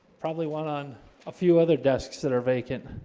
probably one on a few other desks that are vacant